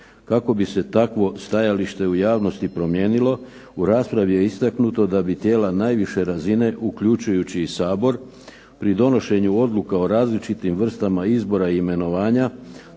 Kako bi se takvo stajalište promijenilo u raspravi je istaknuto da bi tijela najviše razine, uključujući i Sabor, pri donošenju odluka o različitim vrstama izbora i imenovanja,